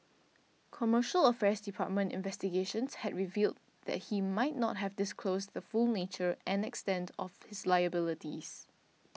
Commercial Affairs Department investigations had revealed that he might not have disclosed the full nature and extent of his liabilities